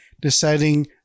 deciding